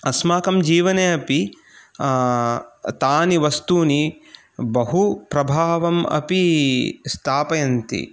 अस्माकं जीवने अपि तानि वस्तूनि बहु प्रभावम् अपि स्थापयन्ति